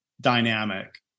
dynamic